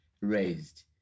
raised